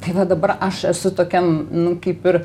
tai va dabar aš esu tokiam nu kaip ir